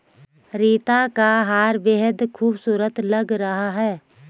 रीता का हार बेहद खूबसूरत लग रहा है